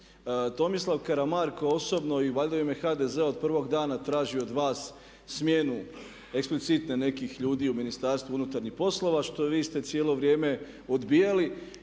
Tomislav Karamarko osobno i valjda u ime HDZ-a od prvog dana traži od vas smjenu eksplicite nekih ljudi u Ministarstvu unutarnjih poslova što vi ste cijelo vrijeme odbijali.